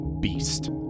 beast